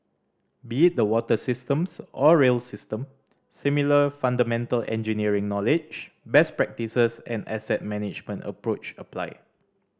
be it the water systems or rail system similar fundamental engineering knowledge best practises and asset management approach apply